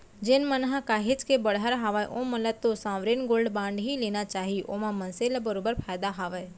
जेन मन ह काहेच के बड़हर हावय ओमन ल तो साँवरेन गोल्ड बांड ही लेना चाही ओमा मनसे ल बरोबर फायदा हावय